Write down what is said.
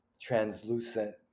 translucent